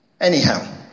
Anyhow